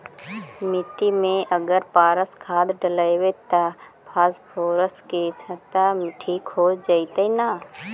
मिट्टी में अगर पारस खाद डालबै त फास्फोरस के माऋआ ठिक हो जितै न?